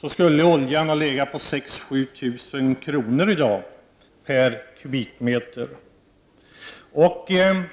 då skulle en kubikmeter olja ha kostat 6 000—7 000 kr.